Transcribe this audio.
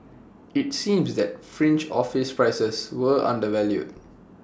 IT seems that fringe office prices were undervalued